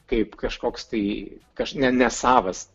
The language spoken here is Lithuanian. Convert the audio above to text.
kaip kažkoks tai kas ne nesavas